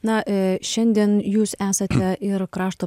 na šiandien jūs esate ir krašto